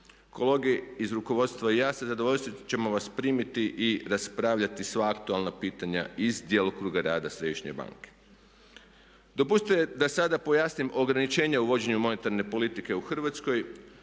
Kolege iz rukovodstva i ja sa zadovoljstvom ćemo vas primiti i raspravljati sva aktualna pitanja iz djelokruga rada središnje banke. Dopustite da sada pojasnim ograničenje u vođenju monetarne politike u Hrvatskoj